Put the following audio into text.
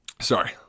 Sorry